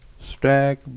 Stack